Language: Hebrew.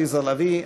עליזה לביא,